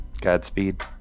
Godspeed